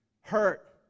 hurt